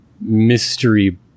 mystery